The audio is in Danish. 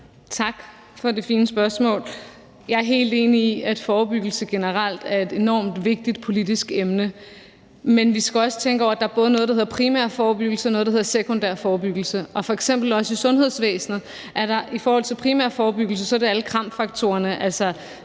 Tak for det fine spørgsmål. Jeg er helt enig i, at forebyggelse generelt er et enormt vigtigt politisk emne, men vi skal også tænke over, at der både er noget, der hedder primær forebyggelse, og noget, der hedder sekundær forebyggelse. Og f.eks. er der i sundhedsvæsenet i forhold til den primære forebyggelse også alle KRAM-faktorerne,